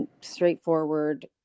straightforward